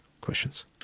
questions